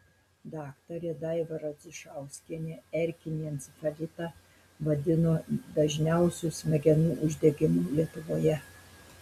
daktarė daiva radzišauskienė erkinį encefalitą vadino dažniausiu smegenų uždegimu lietuvoje